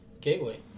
gateway